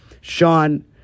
Sean